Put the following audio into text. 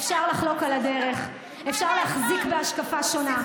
אפשר לחלוק על הדרך, אפשר להחזיק בהשקפה שונה,